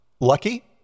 Lucky